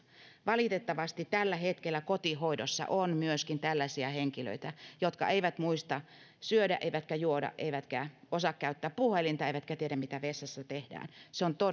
valitettavasti tällä hetkellä kotihoidossa on myöskin tällaisia henkilöitä jotka eivät muista syödä eivätkä juoda eivätkä osaa käyttää puhelinta eivätkä tiedä mitä vessassa tehdään se on